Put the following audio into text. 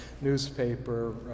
newspaper